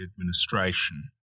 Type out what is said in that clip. administration